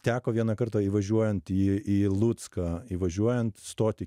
teko vieną kartą įvažiuojant į į lucką įvažiuojant stoti